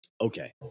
okay